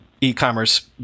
e-commerce